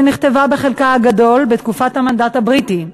שנכתבה בחלקה הגדול בתקופת המנדט הבריטי,